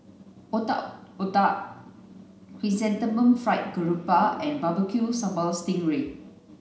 otak otak chrysanthemum fried grouper and barbecu sambal sting ray